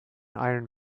iron